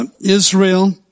Israel